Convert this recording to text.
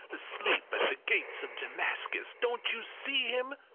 asleep, at the gate of damascus don't you see him!